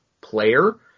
player